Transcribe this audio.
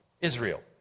Israel